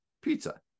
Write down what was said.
pizza